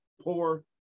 poor